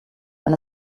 wenn